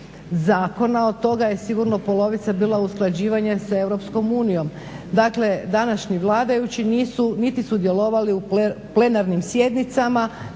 zakona, od toga je sigurno polovica bila usklađivanje s Europskom unijom. Dakle, današnji vladajući nisu niti sudjelovali u plenarnim sjednicama.